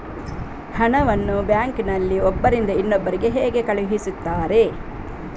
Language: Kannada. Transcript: ಹಣವನ್ನು ಬ್ಯಾಂಕ್ ನಲ್ಲಿ ಒಬ್ಬರಿಂದ ಇನ್ನೊಬ್ಬರಿಗೆ ಹೇಗೆ ಕಳುಹಿಸುತ್ತಾರೆ?